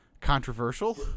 controversial